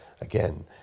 again